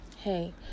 Hey